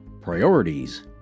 priorities